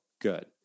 good